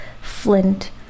flint